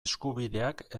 eskubideak